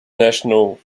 national